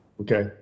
Okay